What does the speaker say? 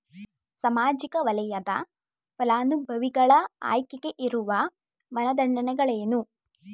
ಸಾಮಾಜಿಕ ವಲಯದ ಫಲಾನುಭವಿಗಳ ಆಯ್ಕೆಗೆ ಇರುವ ಮಾನದಂಡಗಳೇನು?